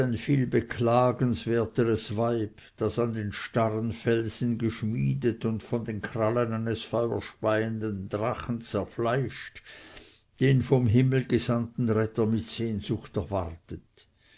viel beklagenswerteres weib das an den starren felsen geschmiedet und von den krallen eines feuerspeienden drachen zerfleischt den vom himmel gesandten retter mit sehnsucht erwartet